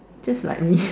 just like me